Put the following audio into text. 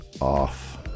off